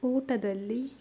ಊಟದಲ್ಲಿ